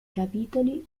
capitoli